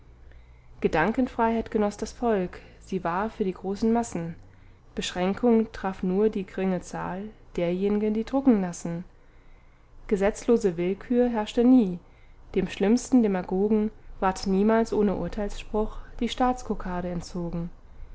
gedankenfreiheit genoß das volk sie war für die großen massen beschränkung traf nur die g'ringe zahl derjen'gen die drucken lassen gesetzlose willkür herrschte nie dem schlimmsten demagogen ward niemals ohne urteilspruch die staatskokarde entzogen